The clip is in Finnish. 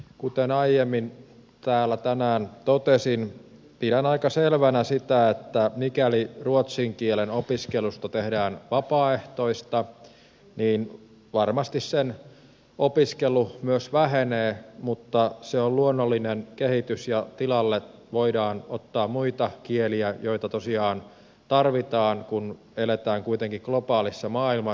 kuten aiemmin täällä tänään totesin pidän aika selvänä sitä että mikäli ruotsin kielen opiskelusta tehdään vapaaehtoista niin varmasti sen opiskelu myös vähenee mutta se on luonnollinen kehitys ja tilalle voidaan ottaa muita kieliä joita tosiaan tarvitaan kun eletään kuitenkin globaalissa maailmassa